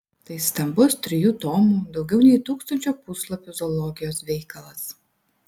tai stambus trijų tomų daugiau nei tūkstančio puslapių zoologijos veikalas